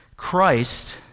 Christ